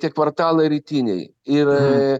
tie kvartalai rytiniai ir